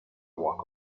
walk